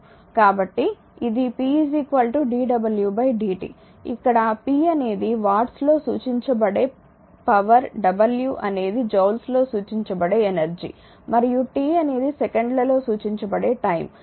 కాబట్టి ఇది p dw dt ఇక్కడ p అనేది వాట్స్ లో సూచించబడే పవర్ w అనేది జూల్స్లో సూచించబడే ఎనర్జీ మరియు t అనేది సెకండ్ లలో సూచించబడే టైమ్